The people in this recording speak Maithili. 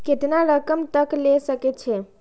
केतना रकम तक ले सके छै?